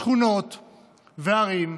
שכונות וערים,